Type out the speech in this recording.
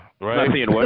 right